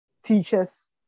Teachers